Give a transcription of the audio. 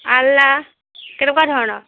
আলনা কেনেকুৱা ধৰণৰ